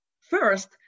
First